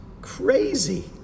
Crazy